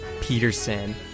Peterson